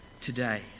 today